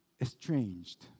estranged